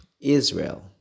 Israel